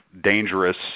dangerous